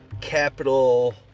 Capital